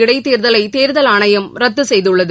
இடைத்தேர்தலை தேர்தல் ஆணையம் ரத்து செய்துள்ளது